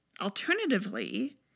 Alternatively